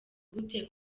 gute